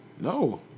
No